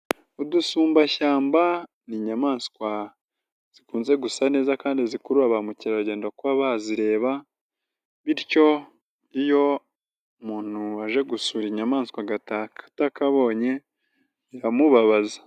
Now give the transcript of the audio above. Udusumbashyamba ni inyamaswa zikunze gusa neza kandi zikurura ba mukerarugendo kuba bazireba, bityo iyo umuntu waje gusura inyamaswa agaha atakabonye biramubabaza.